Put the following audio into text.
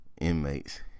Inmates